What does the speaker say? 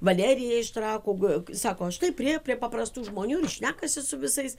valerija iš trakų sako štai priėjo prie paprastų žmonių ir šnekasi su visais